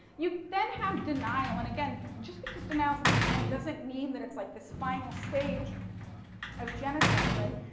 you then have denial. and again, just because denial's at the end, doesn't mean that it's like this final stage of genocide, right.